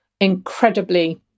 incredibly